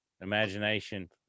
imagination